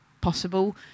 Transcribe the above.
possible